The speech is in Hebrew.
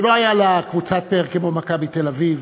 שלא הייתה לה קבוצת פאר כמו "מכבי תל-אביב",